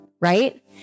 right